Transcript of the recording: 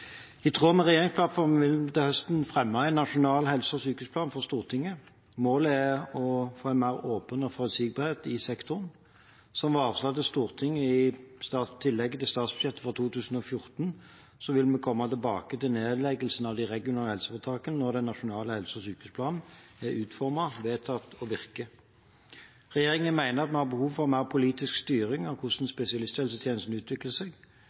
I tråd med regjeringsplattformen vil vi til høsten fremme en nasjonal helse- og sykehusplan for Stortinget. Målet er å få mer åpenhet og forutsigbarhet i sektoren. Som varslet i tillegget til statsbudsjettet for 2014, vil vi komme tilbake til nedleggelse av de regionale helseforetakene når den nasjonale helse- og sykehusplanen er utformet, vedtatt og virker. Regjeringen mener vi har behov for mer politisk styring med hvordan spesialisthelsetjenesten utvikler seg.